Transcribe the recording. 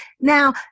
Now